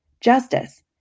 justice